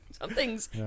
Something's